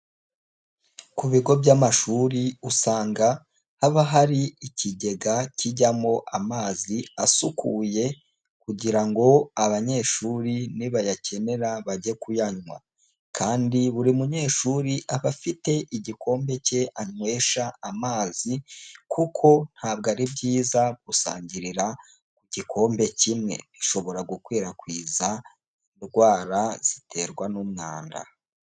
Ku bigo by'amashuri usanga haba hari ikigega kijyamo amazi asukuye, kugira ngo abanyeshuri nibayakenera bajye kuyanywa, kandi buri munyeshuri aba afite igikombe cye anywesha amazi, kuko ntabwo ari byiza gusangirira ku gikombe kimwe, bishobora gukwirakwiza indwara ziterwa n'umwanda.